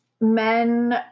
men